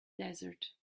desert